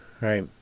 Right